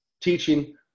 teaching